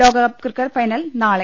ലോകകപ്പ് cricket final നാളെ